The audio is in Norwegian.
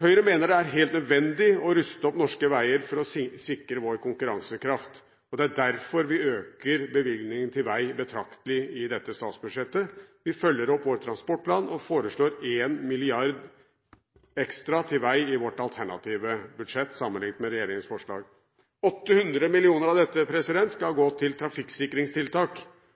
Høyre mener det er helt nødvendig å ruste opp norske veier for å sikre vår konkurransekraft. Det er derfor vi øker bevilgningene til vei betraktelig i dette statsbudsjettet. Vi følger opp vår transportplan og foreslår 1 mrd. kr ekstra til vei i vårt alternative budsjett, sammenlignet med regjeringens forslag. 800 mill. kr av dette skal gå til trafikksikringstiltak,